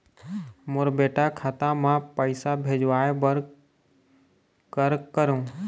मोर बेटा खाता मा पैसा भेजवाए बर कर करों?